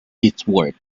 eastward